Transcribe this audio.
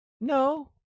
No